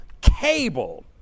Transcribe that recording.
cable